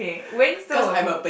when so